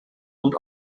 und